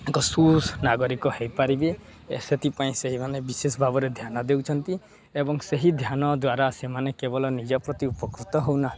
ଏକ ସୁନାଗରିକ ହୋଇପାରିବେ ସେଥିପାଇଁ ସେହିମାନେ ବିଶେଷ ଭାବରେ ଧ୍ୟାନ ଦେଉଛନ୍ତି ଏବଂ ସେହି ଧ୍ୟାନ ଦ୍ୱାରା ସେମାନେ କେବଳ ନିଜ ପ୍ରତି ଉପକୃତ ହେଉନାହାନ୍ତି